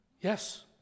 Yes